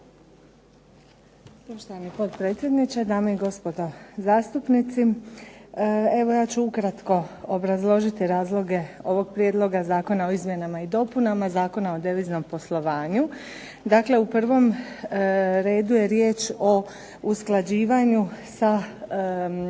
Poštovani potpredsjedniče, dame i gospodo zastupnici. Evo ja ću ukratko obrazložiti razloge ovog prijedloga Zakona o izmjenama i dopunama Zakona o deviznom poslovanju. Dakle, u prvom redu je riječ o usklađivanju sa acquiem,